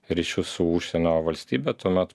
ryšius su užsienio valstybe tuomet